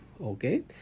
okay